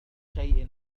شيء